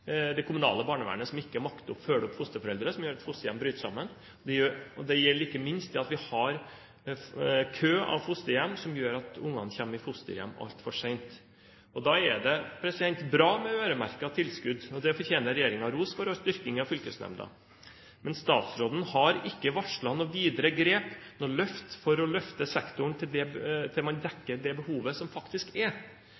det kommunale barnevernet som ikke makter å følge opp fosterforeldre, som gjør at fosterhjem bryter sammen. Og det gjelder ikke minst det at vi har fosterhjemskø, som gjør at ungene kommer i fosterhjem altfor sent. Da er det bra med øremerkede tilskudd, og regjeringen fortjener ros for styrking av fylkesnemnda. Men statsråden har ikke varslet noe videre grep, noe løft, for å løfte sektoren til man dekker det